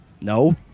No